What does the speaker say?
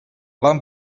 van